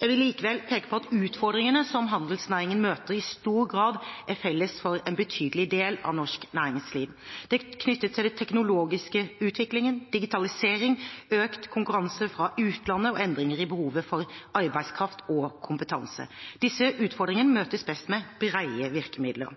Jeg vil likevel peke på at utfordringene som handelsnæringen møter, i stor grad er felles for en betydelig del av norsk næringsliv. De er knyttet til teknologisk utvikling, digitalisering, økt konkurranse fra utlandet og endringer i behovet for arbeidskraft og kompetanse. Disse utfordringene møtes best med brede virkemidler.